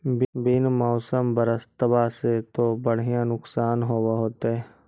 बिन मौसम बरसतबा से तो बढ़िया नुक्सान होब होतै?